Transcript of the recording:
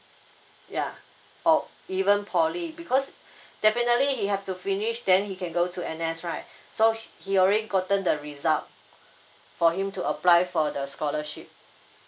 ya or even poly because definitely he have to finish then he can go to N_S right so he he already gotten the result for him to apply for the scholarship